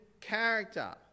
character